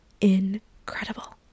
incredible